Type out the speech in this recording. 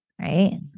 right